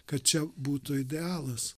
kad čia būtų idealas